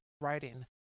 writing